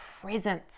presence